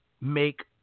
make